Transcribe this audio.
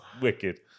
wicked